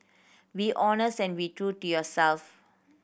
be honest and be true to yourself